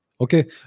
Okay